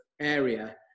area